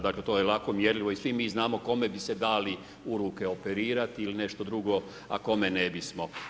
Dakle, to je lako mjerljivo i svi mi znamo kome bi se dali u ruke operirati ili nešto drugo, a kome ne bismo.